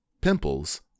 pimples